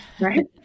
Right